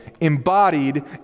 embodied